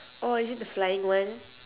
oh is it the flying one